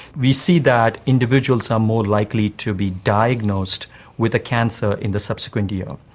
we see that individuals are more likely to be diagnosed with a cancer in the subsequent year.